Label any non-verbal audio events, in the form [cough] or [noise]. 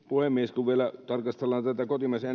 puhemies kun vielä tarkastellaan tätä kotimaisen [unintelligible]